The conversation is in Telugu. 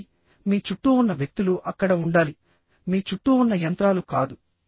కాబట్టి మీ చుట్టూ ఉన్న వ్యక్తులు అక్కడ ఉండాలి మీ చుట్టూ ఉన్న యంత్రాలు కాదు